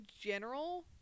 general